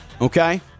okay